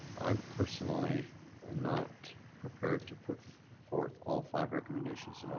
i'm personally and not prepared to put forth all five recommendations.